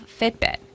Fitbit